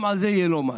גם על זה יהיה מס.